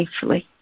safely